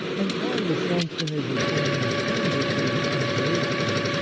and condescension is a thing intrinsically ungraceful,